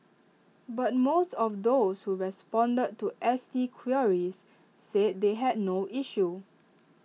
but most of those who responded to S T queries said they had no issue